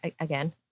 again